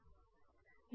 परिणाम कैसे लिखें